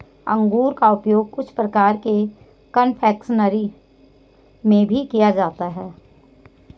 अंगूर का उपयोग कुछ प्रकार के कन्फेक्शनरी में भी किया जाता है